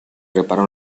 prepara